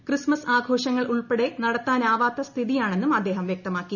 Christmas ആഘോഷങ്ങൾ ഉൾപ്പെടെ നടത്താനാവാത്ത സ്ഥിതിയാണെന്നും അദ്ദേഹം വൃക്തമാക്കി